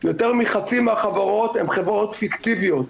יותר מחצי מהחברות הן חברות פיקטיביות,